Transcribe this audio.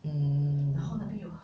mm